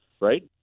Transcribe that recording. right